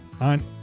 on